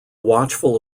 watchful